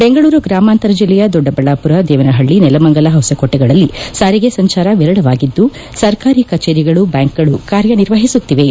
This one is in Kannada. ಬೆಂಗಳೂರು ಗ್ರಾಮಾಂತರ ಜಲ್ಲೆಯ ದೊಡ್ಡಬಳ್ಳಾಮರ ದೇವನಹಳ್ಳಿ ನೆಲಮಂಗಲ ಹೊಸಕೋಟೆಗಳಲ್ಲಿ ಸಾರಿಗೆ ಸಂಚಾರ ವಿರಳವಾಗಿದ್ದು ಸರ್ಕಾರಿ ಕಚೇರಿಗಳು ಬ್ಯಾಂಕ್ಗಳು ಕಾರ್ಕ ನಿರ್ವಹಿಸುತ್ತಿವೆ